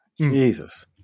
Jesus